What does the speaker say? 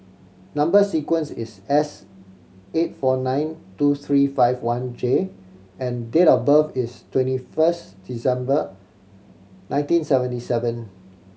number sequence is S eight four nine two three five one J and date of birth is twenty first December nineteen seventy seven